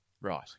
Right